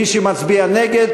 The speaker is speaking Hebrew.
מי שמצביע נגד,